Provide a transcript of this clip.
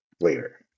later